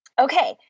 Okay